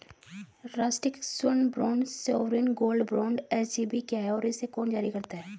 राष्ट्रिक स्वर्ण bond sovereign gold bond SGB क्या है और इसे कौन जारी करता है?